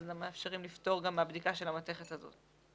מאפשרים לפטור מהבדיקה של המתכת זאת.